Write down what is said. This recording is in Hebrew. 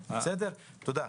ברשותך,